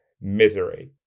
misery